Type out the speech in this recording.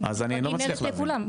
אז אני לא מצליח להבין,